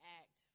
act